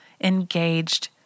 engaged